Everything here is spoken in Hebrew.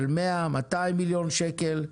של 200-100 מיליון שקל,